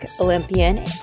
Olympian